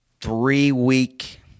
three-week –